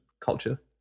culture